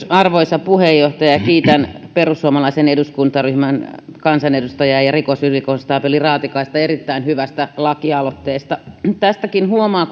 arvoisa puheenjohtaja kiitän perussuomalaisen eduskuntaryhmän kansanedustaja ja rikosylikonstaapeli raatikaista erittäin hyvästä lakialoitteesta tästäkin huomaa